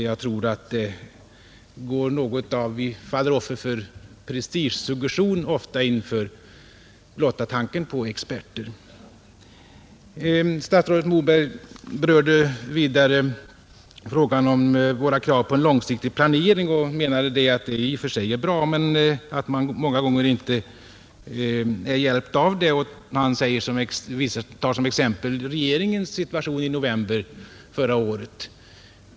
Jag tror att vi ofta faller offer för prestigesuggestion inför blotta tanken på experter. Statsrådet Moberg berörde vidare frågan om våra krav på en långsiktig planering och menade att en långsiktig planering i och för sig är bra men att man många gånger inte är hjälpt därmed. Han tar som exempel regeringens situation i november förra året.